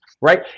right